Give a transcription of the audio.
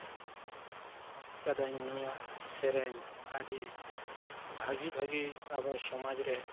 ᱠᱟᱹᱫᱟᱹᱧ ᱱᱩᱭᱟᱜ ᱥᱮᱨᱮᱧ ᱟᱹᱰᱤ ᱵᱷᱟᱜᱮ ᱵᱷᱟᱜᱮ ᱟᱵᱚ ᱥᱚᱢᱟᱡᱽ ᱨᱮ